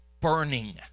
burning